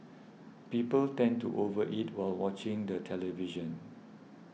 people tend to over eat while watching the television